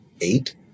eight